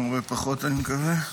פחות, אני מקווה.